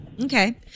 Okay